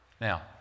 now